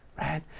Right